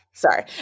sorry